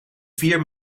vier